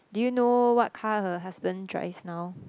do you know what car her husband drives now